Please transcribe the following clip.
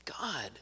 God